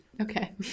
okay